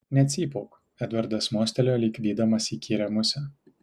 necypauk edvardas mostelėjo lyg vydamas įkyrią musę